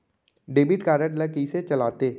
Debit card ला कइसे चलाते?